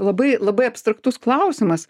labai labai abstraktus klausimas